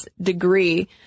degree